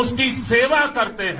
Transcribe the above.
उसकी सेवा करते हैं